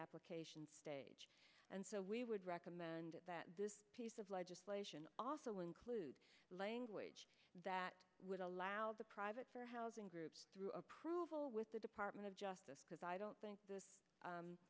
application stage and so we would recommend that this piece of legislation also include language that would allow the private for housing groups through approval with the department of justice because i don't think th